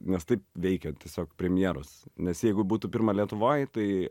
nes taip veikia tiesiog premjeros nes jeigu būtų pirma lietuvoj tai